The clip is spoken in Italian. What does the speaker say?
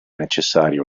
necessario